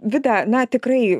vida na tikrai